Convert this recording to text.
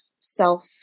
self